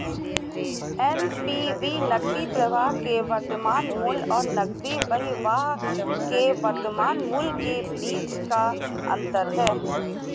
NPV नकदी प्रवाह के वर्तमान मूल्य और नकदी बहिर्वाह के वर्तमान मूल्य के बीच का अंतर है